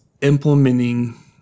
implementing